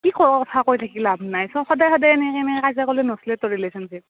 কি কৰ কথা কৈ থাকি লাভ নাই চব সদায় সদায় এনেকৈ এনেকৈ কাজিয়া কল্লি নচলেটো ৰিলেশ্যনশ্বীপ